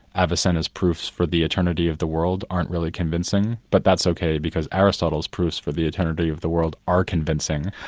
avicenna's proofs for the eternity of the world aren't really convincing, but that's okay, because aristotle's proofs for the eternity of the world are convincing.